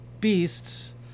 beasts